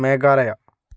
Meghalaya